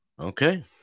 Okay